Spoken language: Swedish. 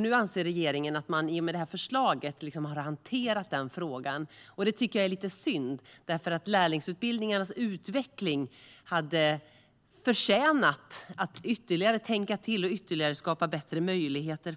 Nu anser regeringen att man i och med detta förslag har hanterat den frågan. Det tycker jag är lite synd. Lärlingsutbildningarnas utveckling hade nämligen förtjänat att man hade tänkt till ytterligare och skapat ytterligare bättre möjligheter.